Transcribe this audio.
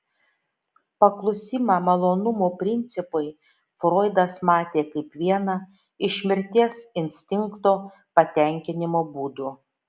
paklusimą malonumo principui froidas matė kaip vieną iš mirties instinkto patenkinimo būdų